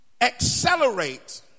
accelerate